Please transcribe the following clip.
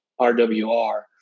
RWR